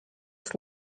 just